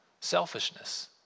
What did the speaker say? selfishness